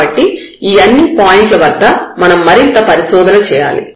కాబట్టి ఈ అన్ని పాయింట్ల వద్ద మనం మరింత పరిశోధన చేయాలి